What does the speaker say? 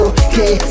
okay